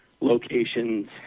locations